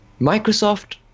Microsoft